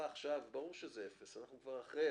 ברור שזה אפס, כבר דיברנו על